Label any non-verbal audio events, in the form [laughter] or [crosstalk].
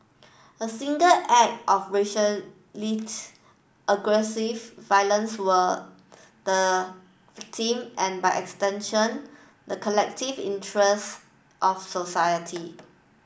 a single act of racially [unintelligible] aggressive violence were the victim and by extension the collective interest of society